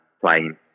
playing